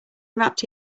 wrapped